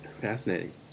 Fascinating